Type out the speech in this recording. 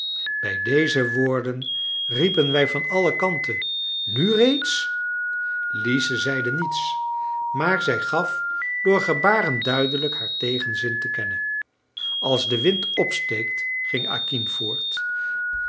bij deze woorden riepen wij van alle kanten nu reeds lize zeide niets maar zij gaf door gebaren duidelijk haar tegenzin te kennen als de wind opsteekt ging